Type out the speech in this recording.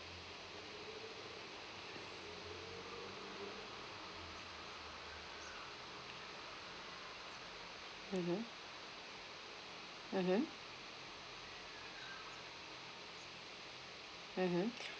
mmhmm mmhmm mmhmm